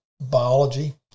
biology